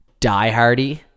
diehardy